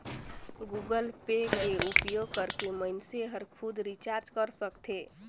Google Pay के उपयोग करके मइनसे हर खुद रिचार्ज कर सकथे